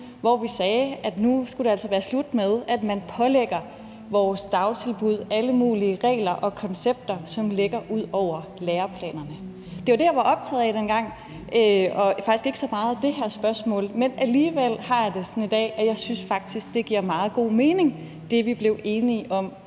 hvor vi sagde, at nu skulle det altså være slut med, at man pålægger vores dagtilbud alle mulige regler og koncepter, som ligger uden for læreplanerne. Det var det, jeg var optaget af dengang, og faktisk ikke så meget det her spørgsmål. Men alligevel har jeg det sådan i dag, at jeg faktisk synes, at det, vi blev enige om